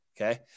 okay